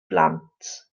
blant